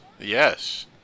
yes